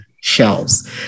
shelves